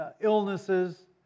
illnesses